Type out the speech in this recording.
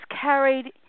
carried